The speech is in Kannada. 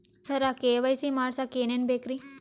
ಸರ ಕೆ.ವೈ.ಸಿ ಮಾಡಸಕ್ಕ ಎನೆನ ಬೇಕ್ರಿ?